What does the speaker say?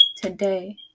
today